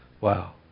Wow